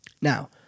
Now